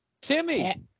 Timmy